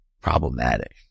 problematic